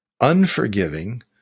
unforgiving